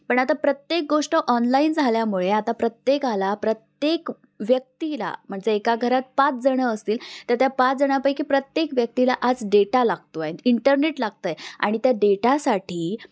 पण आता प्रत्येक गोष्ट ऑनलाईन झाल्यामुळे आता प्रत्येकाला प्रत्येक व्यक्तीला म्हणजे एका घरात पाच जणं असतील तर त्या पाच जणापैकी प्रत्येक व्यक्तीला आज डेटा लागतो आहे इंटरनेट लागतं आहे आणि त्या डेटासाठी